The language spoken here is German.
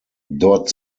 dort